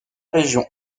région